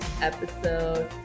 episode